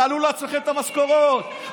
תעלו לעצמכם את המשכורות.